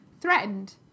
threatened